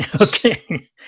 Okay